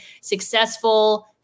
successful